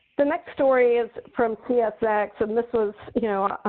the next story is from csx. and this was you know,